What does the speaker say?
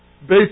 Based